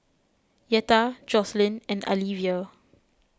Yetta Jocelyn and Alivia